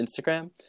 Instagram